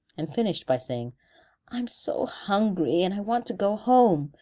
and finished by saying i'm so hungry, and i want to go home.